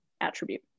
attribute